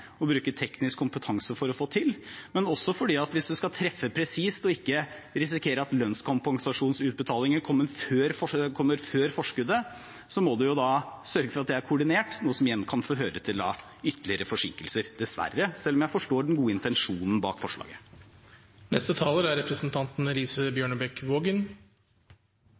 bruke teknisk kompetanse for å få det til. Hvis man skal treffe presist og ikke risikere at lønnskompensasjonsutbetalingen kommer før forskuddet, må man sørge for at det er koordinert, noe som igjen kan føre til ytterligere forsinkelser – dessverre – selv om jeg forstår den gode intensjonen bak forslaget. Det har blitt referert til at endringene vi vedtar i dag, er